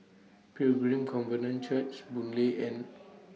Pilgrim Covenant Church Boon Lay and